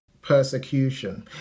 persecution